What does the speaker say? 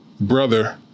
brother